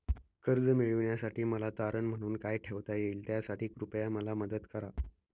कर्ज मिळविण्यासाठी मला तारण म्हणून काय ठेवता येईल त्यासाठी कृपया मला मदत करा